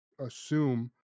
assume